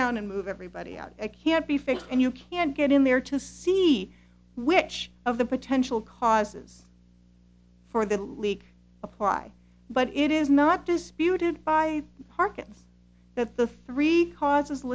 down and move everybody out it can't be fixed and you can't get in there to see which of the potential causes for the leak apply but it is not disputed by hearkens that the three causes